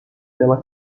pela